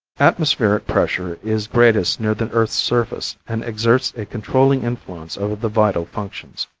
atmospheric pressure is greatest near the earth's surface, and exerts a controlling influence over the vital functions.